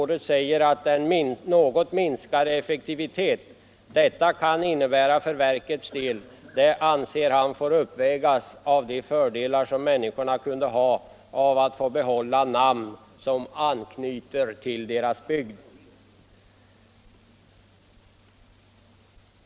Den något minskade effektivitet detta kunde innebära för verkets del ansåg han fick uppvägas av de fördelar som människorna kunde ha av att få behålla namn med anknytning till deras bygd.